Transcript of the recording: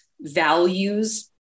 values